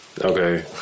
Okay